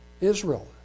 Israel